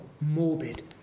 morbid